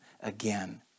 again